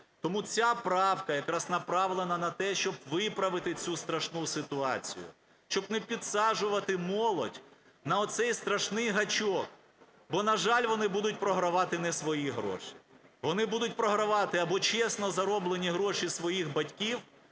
Тому ця правка якраз направлена на те, щоб виправити цю страшну ситуацію, щоб не підсаджувати молодь на оцей страшний гачок, бо, на жаль, вони будуть програвати не свої гроші. Вони будуть програвати або чесно зароблені гроші своїх батьків,